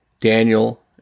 Daniel